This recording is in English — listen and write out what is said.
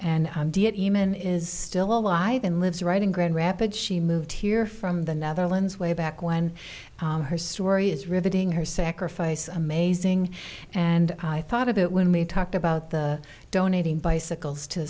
human is still alive and lives right in grand rapids she moved here from the netherlands way back when her story is riveting her sacrifice amazing and i thought of it when we talked about the donating bicycles to